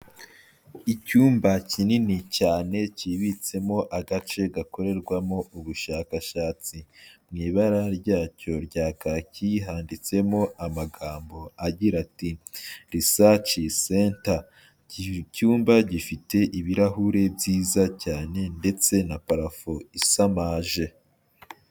Icyumba kinini cyane kibitsemo agace gakorerwamo ubushakashatsi. Mu ibara ryacyo rya kaki handitsemo amagambo agira ati " risaci senta." Iki cyumba gifite ibirahuri byiza cyane ndetse na parafo isamaje.